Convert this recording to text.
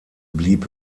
blieb